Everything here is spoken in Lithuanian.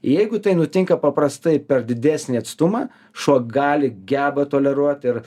jeigu tai nutinka paprastai per didesnį atstumą šuo gali geba toleruot ir